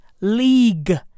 league